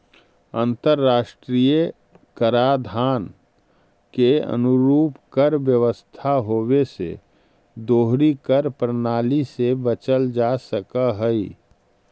अंतर्राष्ट्रीय कराधान के अनुरूप कर व्यवस्था होवे से दोहरी कर प्रणाली से बचल जा सकऽ हई